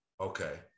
Okay